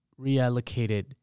reallocated